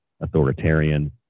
authoritarian